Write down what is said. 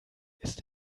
ist